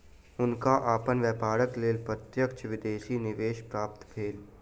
हुनका अपन व्यापारक लेल प्रत्यक्ष विदेशी निवेश प्राप्त भेल